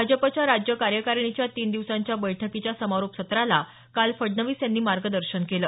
भाजपाच्या राज्य कार्यकारिणीच्या तीन दिवसांच्या बैठकीच्या समारोप सत्राला काल फडणवीस यांनी मार्गदर्शन केलं